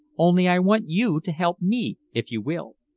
only i want you to help me, if you will.